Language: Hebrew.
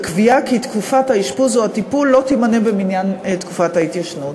ולקבוע כי תקופת האשפוז או הטיפול לא תימנה במניין תקופת ההתיישנות.